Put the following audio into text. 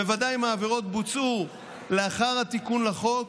בוודאי אם העבירות בוצעו לאחר התיקון לחוק,